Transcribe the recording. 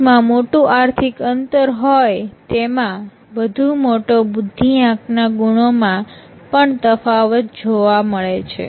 દેશમાં મોટું આર્થિક અંતર હોય તેમ વધુ મોટો બુદ્ધિઆંક ના ગુણો માં પણ તફાવત હોય છે